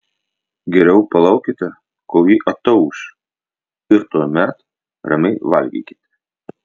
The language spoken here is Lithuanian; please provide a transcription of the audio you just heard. geriau palaukite kol ji atauš ir tuomet ramiai valgykite